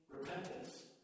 repentance